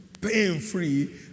pain-free